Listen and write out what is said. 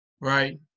right